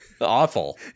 Awful